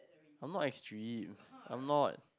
I'm not extreme I'm not